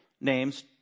names